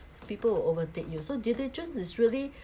people will overtake you so diligence is really